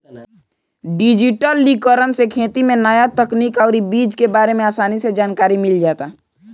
डिजिटलीकरण से खेती में न्या तकनीक अउरी बीज के बारे में आसानी से जानकारी मिल जाता